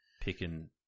picking